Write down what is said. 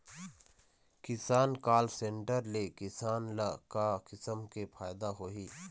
किसान call centre ले किसान ल का किसम के फायदा होही?